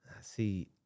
see